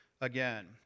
again